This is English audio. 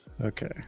okay